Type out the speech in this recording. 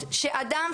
לקצר.